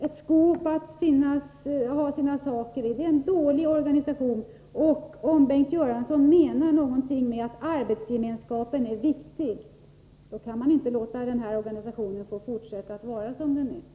Ett skåp för eleverna att ha sina saker i är en dålig organisation. Om Bengt Göransson menar någonting med att arbetsgemenskapen är viktig kan man inte tillåta att denna organisation får finnas i fortsättningen.